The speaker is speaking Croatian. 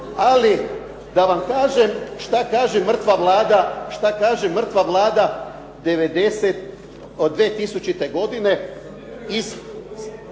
Ali da vam kažem šta kaže mrtva Vlada, šta kaže mrtva Vlada od 2000. godine iz,